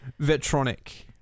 Vetronic